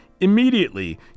Immediately